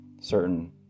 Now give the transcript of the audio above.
certain